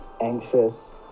anxious